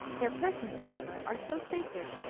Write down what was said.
their persons, however, are so sacred,